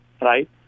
right